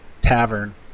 tavern